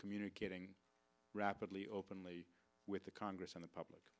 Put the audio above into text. communicating rapidly openly with the congress and the public